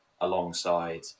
alongside